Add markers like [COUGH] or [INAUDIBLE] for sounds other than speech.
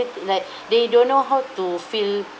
like [BREATH] they don't know how to feel